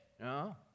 No